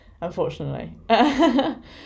unfortunately